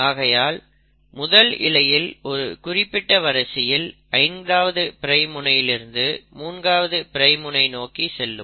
ஆகையால் முதல் இழையில் ஒரு குறிப்பிட்ட வரிசையில் 5ஆவது பிரைம் முனையிலிருந்து 3ஆவது பிரைம் முனை நோக்கி செல்லும்